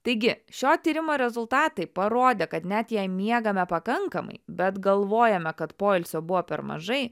taigi šio tyrimo rezultatai parodė kad net jei miegame pakankamai bet galvojame kad poilsio buvo per mažai